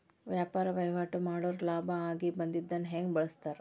ವ್ಯಾಪಾರ್ ವಹಿವಾಟ್ ಮಾಡೋರ್ ಲಾಭ ಆಗಿ ಬಂದಿದ್ದನ್ನ ಹೆಂಗ್ ಬಳಸ್ತಾರ